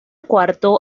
cuarto